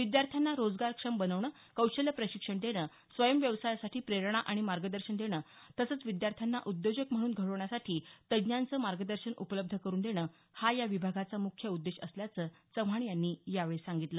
विद्यार्थ्यांना रोजगारक्षम बनवणं कौशल्य प्रशिक्षण देणं स्वयं व्यवसायासाठी प्रेरणा आणि मार्गदर्शन देणं तसंच विद्यार्थ्यांना उद्योजक म्हणून घडवण्यासाठी तज्ज्ञांचे मार्गदर्शन उपलब्ध करून देणं हा या विभागाचा मुख्य उद्देश असल्याचं चव्हाण यांनी यावेळी सांगितलं